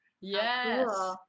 yes